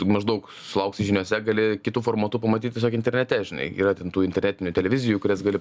maždaug sulauksi žiniose gali kitu formatu pamatyt tiesiog internete žinai yra ten tų interetinių televizijų kurias gali